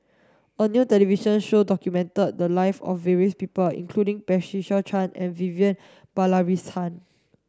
a new television show documented the lives of various people including Patricia Chan and Vivian Balakrishnan